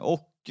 Och